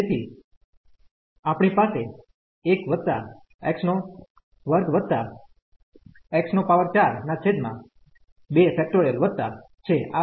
તેથી આપણી પાસે છેઆ વિસ્તરણ છે